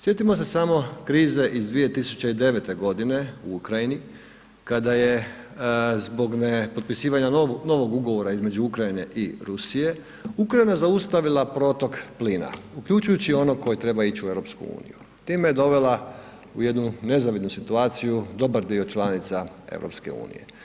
Sjetimo se samo krize iz 2009.g. u Ukrajini kada je zbog nepotpisivanja novog ugovora između Ukrajine i Rusije, Ukrajina zaustavila protok plina uključujući i onog koji treba ić u EU, time je dovela u jednu nezavidnu situaciju dobar dio članica EU.